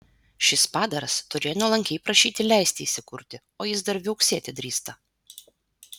šis padaras turėjo nuolankiai prašyti leisti įsikurti o jis dar viauksėti drįsta